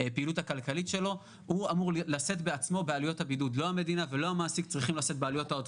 יש עוד הערה?